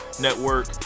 Network